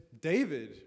David